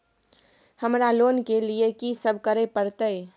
हमरा लोन के लिए की सब करे परतै?